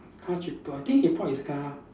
car cheaper I think he bought his car